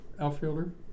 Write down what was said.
outfielder